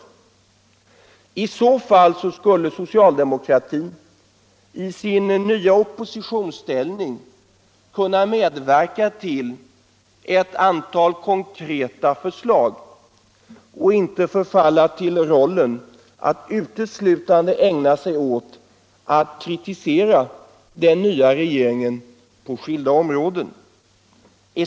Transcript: I så fall skulle socialdemokratin i sin nya oppositionsställning kunna medverka till genomförandet av ett antal konkreta förslag och inte förfalla till rollen att uteslutande kritisera den nya regeringen på skilda områden.